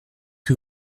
que